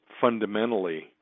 fundamentally